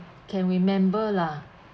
can remember lah